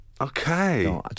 okay